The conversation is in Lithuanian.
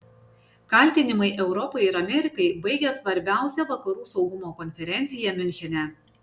kaltinimai europai ir amerikai baigia svarbiausią vakarų saugumo konferenciją miunchene